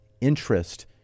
interest